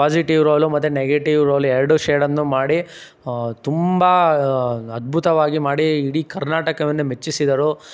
positive role ಮತ್ತೆ negative role ಎರಡೂ ಶೇಡನ್ನು ಮಾಡಿ ತುಂಬ ಅದ್ಭುತವಾಗಿ ಮಾಡಿ ಇಡೀ ಕರ್ನಾಟಕವನ್ನೇ ಮೆಚ್ಚಿಸಿದರು